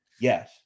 Yes